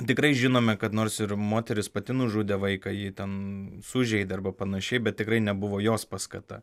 tikrai žinome kad nors ir moteris pati nužudė vaiką jį ten sužeidė arba panašiai bet tikrai nebuvo jos paskata